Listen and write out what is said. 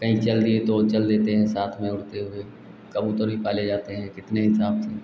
कहीं चल दिए तो वह चल देते हैं साथ में उड़ते हुए कबूतर भी पाले जाते हैं कितने हिसाब से